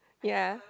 ya